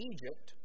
Egypt